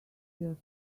your